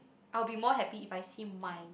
I'll be more happy if I see my